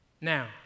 Now